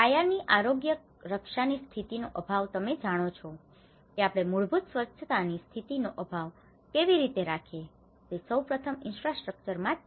પાયાની આરોગ્યરક્ષા ની સ્થિતિનો અભાવ તમે જાણો છો કે આપણે મૂળભૂત સ્વચ્છતાની સ્થિતિનો અભાવ કેવી રીતે રાખીએ તે સૌ પ્રથમ ઈન્ફ્રાસ્ટ્રક્ચર માં જ છે